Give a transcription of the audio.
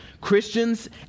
Christians